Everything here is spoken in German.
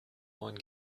neuen